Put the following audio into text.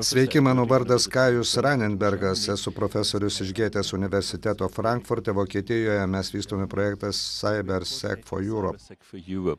sveiki mano vardas kajus ranenbergas esu profesorius iš gėtės universiteto frankfurte vokietijoje mes vystome projektą saiber sek for jurop